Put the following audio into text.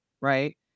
Right